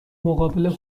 مقابل